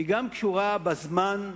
היא גם קשורה בזמן,